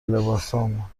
لباسمون